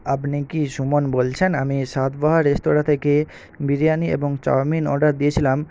আপনি কি সুমন বলছেন আমি সাতবাহার রেস্তোরাঁ থেকে বিরিয়ানি এবং চাউমিন অর্ডার দিয়েছিলাম